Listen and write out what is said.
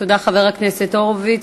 תודה, חבר הכנסת הורוביץ.